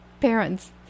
parents